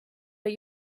but